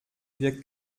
wir